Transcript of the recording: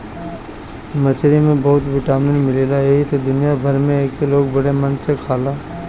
मछरी में बहुते विटामिन मिलेला एही से दुनिया भर में एके लोग बड़ा मन से खाला